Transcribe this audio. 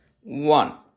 One